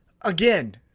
Again